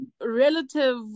relative